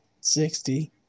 sixty